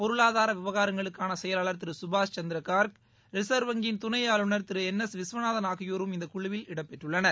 பொருளாதார விவகாரங்களுக்கான செயலாளர் திரு சுபாஷ் சந்திரகர்க் ரிசர்வ் வங்கியின் துணை ஆளுநர் திரு என் எஸ் விஸ்வநாதன் ஆகியோரும் இந்த குழுவில இடம்பெற்றுள்ளனர்